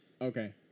Okay